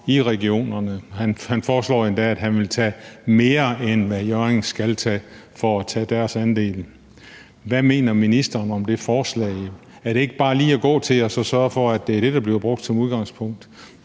i regionerne. Han foreslår endda, at han vil tage mere end det, Hjørring skal tage for at tage deres andel. Hvad mener ministeren om det forslag? Er det ikke bare lige at gå til og så sørge for, at det er det, der bliver brugt som udgangspunkt?